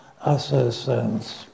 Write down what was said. assassins